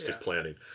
planning